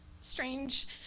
strange